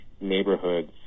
neighborhoods